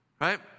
right